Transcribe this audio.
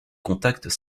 contacts